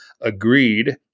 agreed